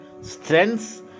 strengths